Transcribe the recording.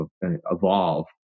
evolve